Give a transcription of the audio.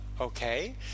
Okay